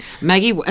Maggie